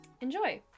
enjoy